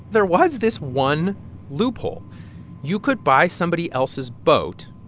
there was this one loophole you could buy somebody else's boat.